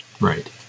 Right